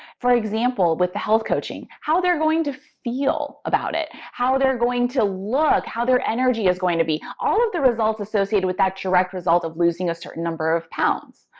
for example, with the health coaching, how they're going to feel about it, how they're going to look, how their energy is going to be, all of the results associated with that direct result of losing a certain number of pounds.